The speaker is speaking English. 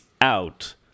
out